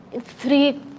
three